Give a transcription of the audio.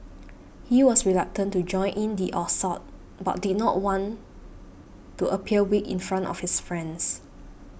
he was reluctant to join in the assault but did not want to appear weak in front of his friends